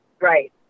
Right